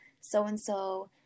so-and-so